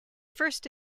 first